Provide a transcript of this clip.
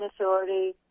Authority